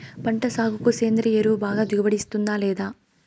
పంట సాగుకు సేంద్రియ ఎరువు బాగా దిగుబడి ఇస్తుందా లేదా